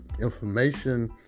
information